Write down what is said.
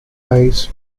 eyes